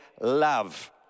love